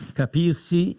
capirsi